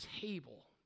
table